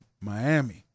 Miami